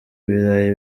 ibirayi